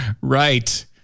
Right